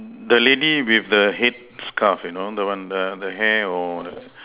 the lady with the head scarf you know the the one the hair or the